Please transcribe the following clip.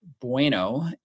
Bueno